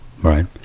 Right